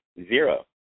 zero